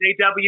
JW